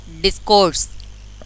Discourse